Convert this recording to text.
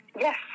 yes